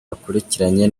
bakurikiranye